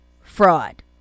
fraud